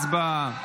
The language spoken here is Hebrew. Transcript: הצבעה.